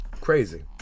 Crazy